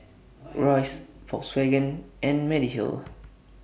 Royce Volkswagen and Mediheal